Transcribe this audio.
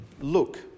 look